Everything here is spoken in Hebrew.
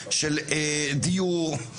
של דיור,